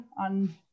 on